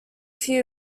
few